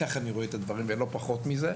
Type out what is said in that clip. כך אני רואה את הדברים והם לא פחות מזה.